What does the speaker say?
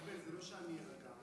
זה לא שאני אירגע.